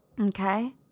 Okay